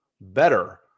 better